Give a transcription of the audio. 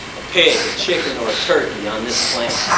a pig, a chicken or a turkey on this planet.